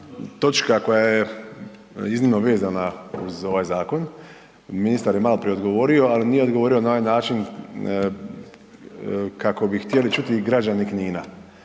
točka koja je iznimno vezana uz ovaj zakon. Ministar je maloprije odgovorio, ali nije odgovorio na onaj način kako bi htjeli čuti građani Knina.